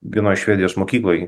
vienoj švedijos mokykloj